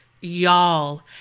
y'all